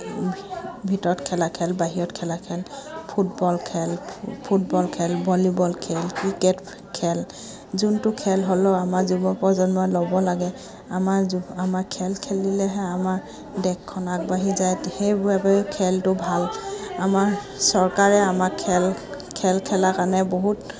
ভিতৰত খেলা খেল বাহিৰত খেলা খেল ফুটবল খেল ফুটবল খেল ভলীবল খেল ক্ৰিকেট খেল যোনটো খেল হ'লেও আমাৰ যুৱ প্ৰজন্মই ল'ব লাগে আমাৰ আমাৰ খেল খেলিলেহে আমাৰ দেশখন আগবাঢ়ি যায় সেইবাবে খেলটো ভাল আমাৰ চৰকাৰে আমাৰ খেল খেল খেলা কাৰণে বহুত